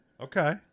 Okay